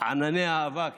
וענני האבק